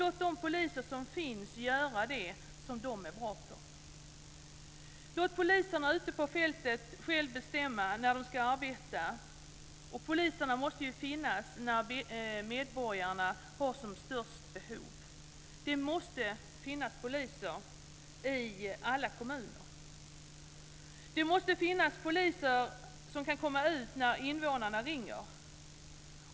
Låt de poliser som finns göra det som de är bra på. Låt poliserna ute på fältet själva bestämma när de ska arbeta. Poliserna måste ju finnas när medborgarna har som störst behov. Det måste finnas poliser i alla kommuner. Det måste finnas poliser som kan komma ut när invånarna ringer.